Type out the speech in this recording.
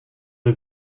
der